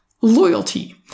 Loyalty